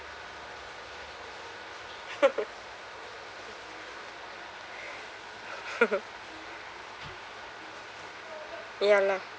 ya lah